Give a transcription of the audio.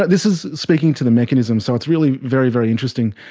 this is speaking to the mechanism. so it's really very, very interesting.